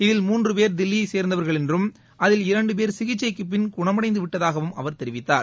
இதில் மூன்று பேர் தில்லியைச் சேர்ந்தவர்கள் என்றும் அதில் இரண்டு பேர் சிகிச்சைக்குப்பின் குணமடைந்துவிட்டதகாவும் அவர் தெரிவித்தார்